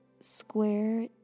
square